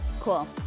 Cool